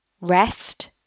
Rest